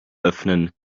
öffnen